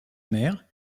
mère